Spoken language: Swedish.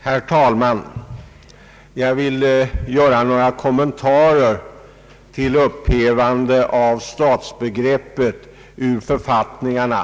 Herr talman! Jag vill göra några kommentarer till förslaget om upphävande av stadsbegreppet i författningarna.